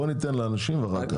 בוא ניתן לאנשים ואחר כך.